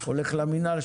הולך למינהל,